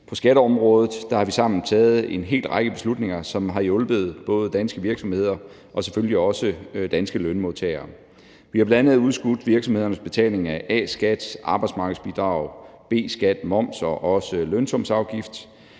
på skatteområdet. Der har vi sammen taget en hel række beslutninger, som har hjulpet både danske virksomheder og selvfølgelig også danske lønmodtagere. Vi har bl.a. udskudt virksomhedernes betaling af A-skat, arbejdsmarkedsbidrag, B-skat, moms og også lønsumsafgift.